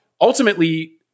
ultimately